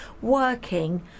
working